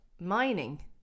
mining